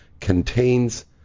contains